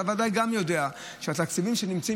אתה ודאי גם יודע שהתקציבים שנמצאים